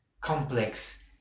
complex